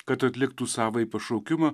kad atliktų savąjį pašaukimą